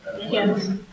Yes